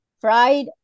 fried